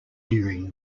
during